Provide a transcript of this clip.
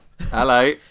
hello